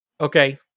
Okay